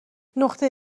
نقطه